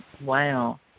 wow